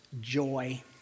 joy